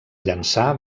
llançà